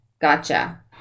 Gotcha